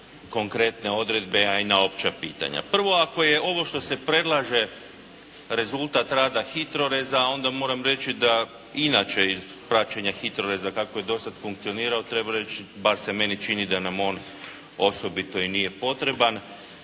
konkretne odredbe a i na opća pitanja. Prvo, ako je ovo što se predlaže rezultat rada HITROReza onda moram reći da inače iz pračenja HITROReza kako je do sada funkcionirao treba reći, bar se meni čini da nam on osobito i nije potreban.